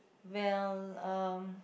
well uh